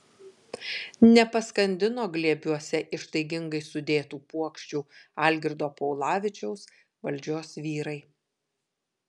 nepaskandino glėbiuose ištaigingai sudėtų puokščių algirdo paulavičiaus valdžios vyrai